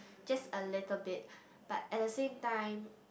just a little bit but at the same time